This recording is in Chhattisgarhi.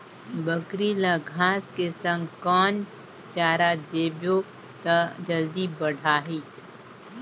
बकरी ल घांस के संग कौन चारा देबो त जल्दी बढाही?